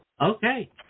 Okay